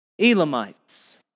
Elamites